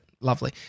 lovely